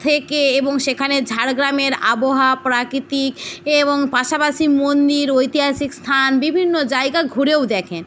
থেকে এবং সেখানে ঝাড়গ্রামের আবহাওয়া প্রাকৃতিক এ এবং পাশাপাশি মন্দির ঐতিহাসিক স্থান বিভিন্ন জায়গা ঘুরেও দেখেন